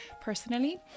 personally